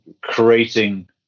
creating